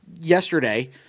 yesterday